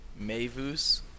Mavus